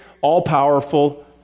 all-powerful